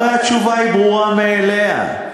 הרי התשובה ברורה מאליה: